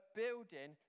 building